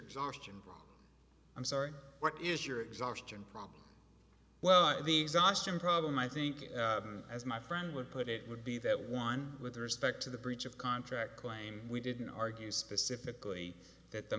johnston i'm sorry what is your exhaustion problem well the exhaustion problem i think as my friend would put it would be that one with respect to the breach of contract claim we didn't argue specifically that the